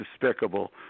despicable